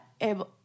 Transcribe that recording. able